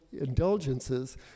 indulgences